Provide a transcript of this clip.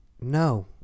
No